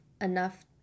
enough